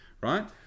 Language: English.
right